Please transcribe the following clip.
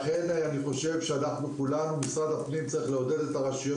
לכן אני חושב שמשרד הפנים צריך לעודד את הרשויות